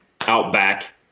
Outback